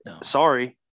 sorry